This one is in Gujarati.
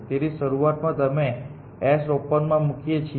તેથી શરૂઆતમાં અમે s ને ઓપનમાં મૂકીએ છીએ